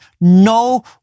no